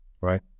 right